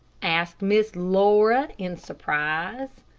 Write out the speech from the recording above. asked miss laura, in surprise.